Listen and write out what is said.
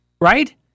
Right